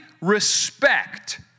respect